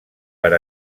per